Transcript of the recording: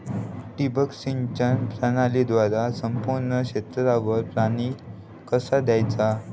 ठिबक सिंचन प्रणालीद्वारे संपूर्ण क्षेत्रावर पाणी कसा दयाचा?